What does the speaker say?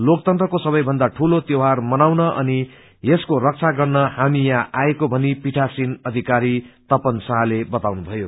लोकतन्त्रको सबैभन्दा दूलो त्यौहार मनाउन अनि यसको रक्षा गर्न हामी यहाँ आएको भनी पीठासीन अधिकारी तपन साहाले बताउनुभयो